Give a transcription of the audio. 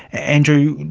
andrew,